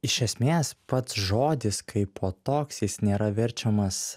iš esmės pats žodis kaipo toks jis nėra verčiamas